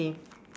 same